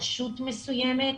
רשות מסוימת,